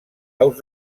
aus